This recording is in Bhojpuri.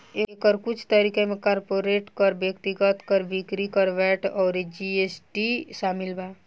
एकर कुछ तरीका में कॉर्पोरेट कर, व्यक्तिगत कर, बिक्री कर, वैट अउर जी.एस.टी शामिल बा